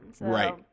Right